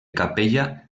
capella